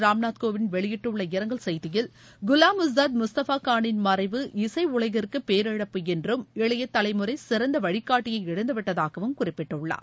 ராம்நாத் கோவிந்த் வெளியிட்டுள்ள இரங்கல் செய்தியில் குவாம் உஸ்தாத் முஸதஃபா கானின் மறைவு இசை உலகிற்கு பேரிழப்பு என்றும்இளைய தலைமுறை சிறந்த வழிகாட்டியய இழந்துவிட்டதாகவும் குறிப்பிட்டுள்ளார்